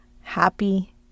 happy